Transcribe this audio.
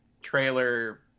trailer